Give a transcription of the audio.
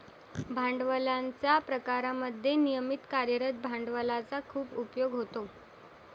भांडवलाच्या प्रकारांमध्ये नियमित कार्यरत भांडवलाचा खूप उपयोग होतो